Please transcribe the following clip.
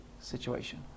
situation